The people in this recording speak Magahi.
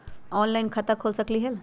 ऑनलाइन खाता खोल सकलीह?